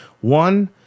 one